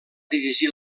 dirigir